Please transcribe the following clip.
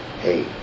hey